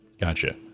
gotcha